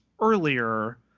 earlier